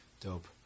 Dope